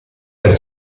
per